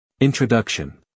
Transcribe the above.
Introduction